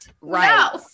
Right